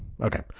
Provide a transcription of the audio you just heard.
Okay